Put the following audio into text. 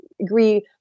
agree